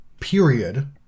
period